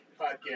podcast